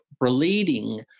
relating